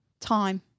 time